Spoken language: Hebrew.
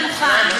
לדוכן,